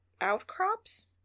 outcrops